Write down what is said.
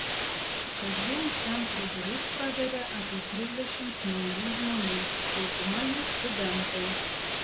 kasdien centro duris praveria apie trisdešimt naujų žmonių dauguma jų studentai